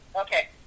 Okay